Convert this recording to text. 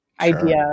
idea